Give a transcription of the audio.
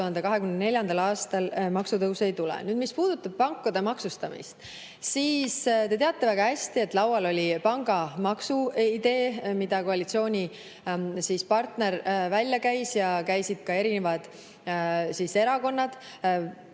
2024. aastal maksutõuse ei tule. Mis puudutab pankade maksustamist, siis te teate väga hästi, et laual oli pangamaksu idee, mille koalitsioonipartner välja käis ja käisid välja ka erinevad erakonnad.